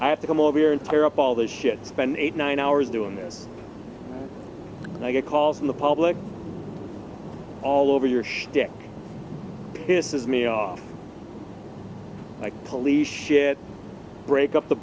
i have to come over here and tear up all this shit spend eight nine hours doing this and i get calls in the public all over your schtick this is me off like police shit break up the